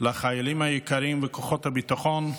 לחיילים היקרים וכוחות הביטחון.